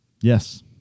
Yes